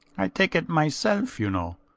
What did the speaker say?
i take it myself, you know,